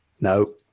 No